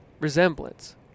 resemblance